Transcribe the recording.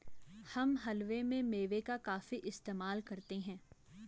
हम हलवे में मेवे का काफी इस्तेमाल करते हैं